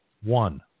One